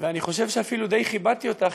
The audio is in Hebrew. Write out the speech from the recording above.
ואני חושב שאפילו די כיבדתי אותך,